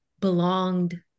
belonged